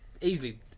Easily